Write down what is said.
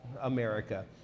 America